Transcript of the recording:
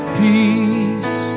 peace